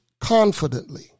confidently